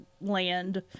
Land